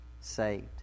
saved